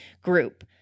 group